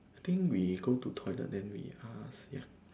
I think we go to toilet then we ask ya